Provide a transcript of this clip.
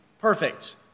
perfect